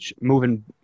moving